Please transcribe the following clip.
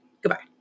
Goodbye